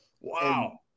Wow